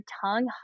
tongue